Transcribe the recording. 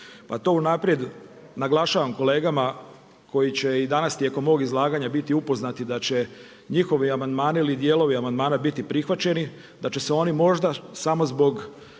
pa to unaprijed naglašavam kolegama koji će i danas tijekom mog izlaganja biti upoznati da će njihovi amandmani ili dijelovi amandmana biti prihvaćeni, da će se oni možda samo zbog